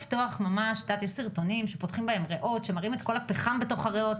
יש סרטונים שפותחים בהם ריאות ומראים את כל הפחם בתוך הריאות.